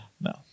No